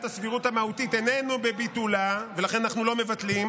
הסבירות המהותית איננו בביטולה" ולכן אנחנו לא מבטלים,